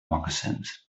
moccasins